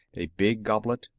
a big goblet,